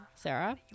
sarah